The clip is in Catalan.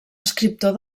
escriptor